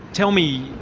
tell me,